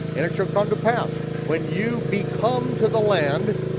and it shall come to pass when you become to the land,